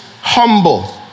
humble